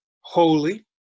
holy